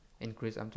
increase